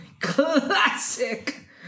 classic